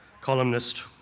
columnist